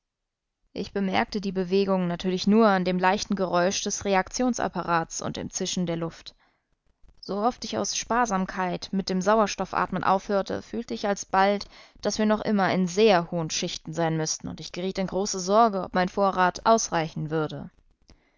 ich bemerkte die bewegung natürlich nur an dem leichten geräusch des reaktionsapparats und dem zischen der luft so oft ich aus sparsamkeit mit dem sauerstoffatmen aufhörte fühlte ich alsbald daß wir noch immer in sehr hohen schichten sein müßten und ich geriet in große sorge ob mein vorrat ausreichen würde